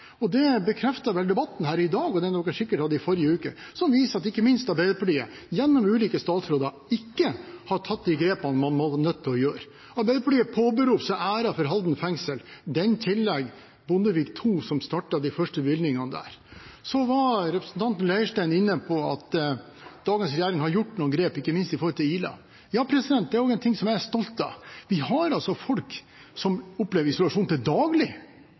kriminalomsorg. Det bekrefter vel debatten her i dag og debatten i forrige uke, som viser at ikke minst Arbeiderpartiet gjennom ulike statsråder ikke har tatt de grepene man har vært nødt til å ta. Arbeiderpartiet påberoper seg æren for Halden fengsel. Den tilligger Bondevik II, som startet de første bevilgningene der. Representanten Leirstein var inne på at dagens regjering har gjort noen grep, ikke minst i forhold til Ila. Ja, det er også noe som jeg er stolt av. Vi har folk som opplever isolasjon til daglig,